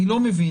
אני לא מבין,